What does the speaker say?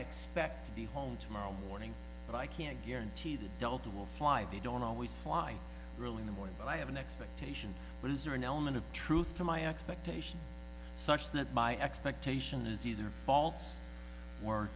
expect to be home tomorrow morning but i can't guarantee that delta will fly they don't always fly really in the morning but i have an expectation blues or an element of truth to my expectation such that my expectation is either fal